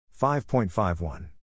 5.51